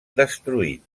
destruït